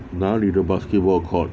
哪里的 basketball court